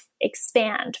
expand